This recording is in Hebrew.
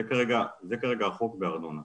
זה כרגע החוק בארנונה.